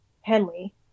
Henley